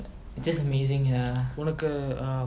it's just amazing ya